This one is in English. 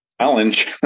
challenge